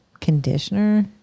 Conditioner